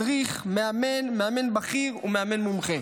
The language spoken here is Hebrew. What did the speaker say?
והן: מדריך, מאמן, מאמן בכיר ומאמן מומחה.